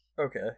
Okay